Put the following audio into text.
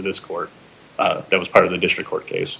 this court that was part of the district court case